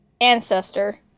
Ancestor